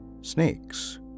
Snakes